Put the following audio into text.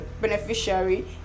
beneficiary